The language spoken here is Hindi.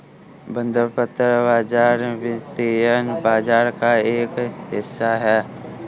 बंधपत्र बाज़ार वित्तीय बाज़ार का एक हिस्सा है